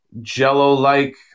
jello-like